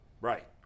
right